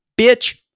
Bitch